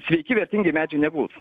sveiki vertingi medžiai neguls